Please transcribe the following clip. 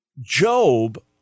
Job